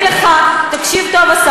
לקריאה ראשונה.